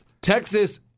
Texas